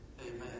amen